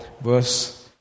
verse